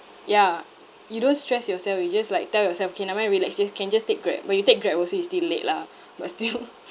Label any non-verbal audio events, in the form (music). ya you don't stress yourself you just like tell yourself okay never mind relax just can just take Grab but you take Grab also you still late lah but still (laughs)